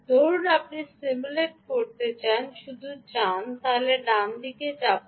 ধরুন আপনি সিমুলেট করতে চান শুধু যান এবং ডানদিকে চাপুন